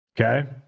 Okay